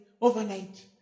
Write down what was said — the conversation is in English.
overnight